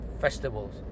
festivals